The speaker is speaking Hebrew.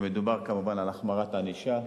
מדובר, כמובן, על החמרת הענישה.